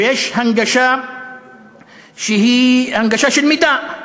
ויש הנגשה שהיא הנגשה של מידע.